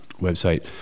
website